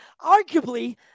arguably